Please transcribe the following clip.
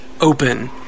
open